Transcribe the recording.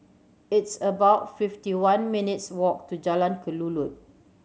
it's about fifty one minutes' walk to Jalan Kelulut